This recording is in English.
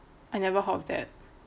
I never heard of that